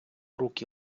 руки